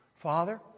Father